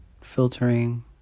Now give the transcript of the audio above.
filtering